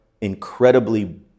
incredibly